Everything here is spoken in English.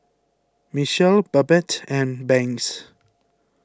Michele Babette and Banks